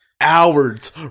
hours